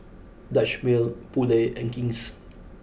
Dutch Mill Poulet and King's